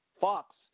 Fox